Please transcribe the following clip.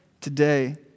today